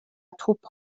توپو